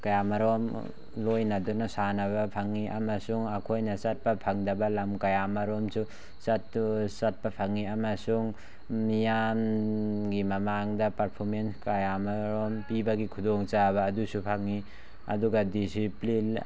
ꯀꯌꯥ ꯑꯃꯔꯣꯝ ꯂꯣꯏꯅꯗꯨꯅ ꯁꯥꯟꯅꯕ ꯐꯪꯉꯤ ꯑꯃꯁꯨꯡ ꯑꯩꯈꯣꯏꯅ ꯆꯠꯄ ꯐꯪꯗꯕ ꯂꯝ ꯀꯌꯥ ꯑꯃꯔꯣꯝꯁꯨ ꯆꯠꯄ ꯐꯪꯉꯤ ꯑꯃꯁꯨꯡ ꯃꯤꯌꯥꯝꯒꯤ ꯃꯃꯥꯡꯗ ꯄꯔꯐꯣꯔꯃꯦꯟꯁ ꯀꯌꯥ ꯑꯃꯔꯣꯝ ꯄꯤꯕꯒꯤ ꯈꯨꯗꯣꯡ ꯆꯥꯕ ꯑꯗꯨꯁꯨ ꯐꯪꯉꯤ ꯑꯗꯨꯒ ꯗꯤꯁꯤꯄ꯭ꯂꯤꯟ